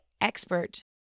expert